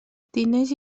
diners